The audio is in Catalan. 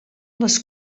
les